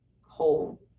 whole